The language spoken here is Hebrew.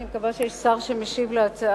אני מקווה שיש שר שמשיב על ההצעה.